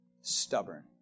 stubborn